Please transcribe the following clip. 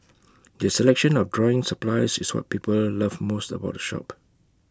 their selection of drawing supplies is what people love most about the shop